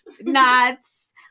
nuts